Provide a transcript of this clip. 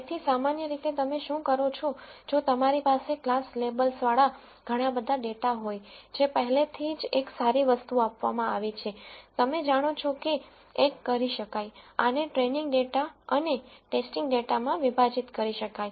તેથી સામાન્ય રીતે તમે શું કરો છો જો તમારી પાસે ક્લાસ લેબલ્સવાળા ઘણા બધા ડેટા હોય જે પહેલેથી જ એક સારી વસ્તુ આપવામાં આવી છે તમે જાણો છો કે એક કરી શકાય આને ટ્રેઈનીંગ ડેટા અને ટેસ્ટિંગ ડેટામાં વિભાજીત કરી શકાય